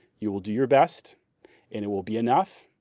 you will do your best and it will be enough,